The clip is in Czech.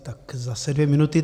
Tak zase dvě minuty.